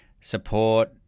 support